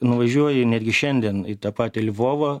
nuvažiuoji netgi šiandien į tą patį lvovą